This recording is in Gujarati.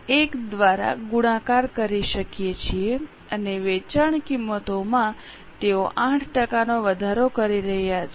1 દ્વારા ગુણાકાર કરી શકીએ છીએ અને વેચાણ કિંમતોમાં તેઓ 8 ટકાનો વધારો કરી રહ્યા છે